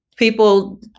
People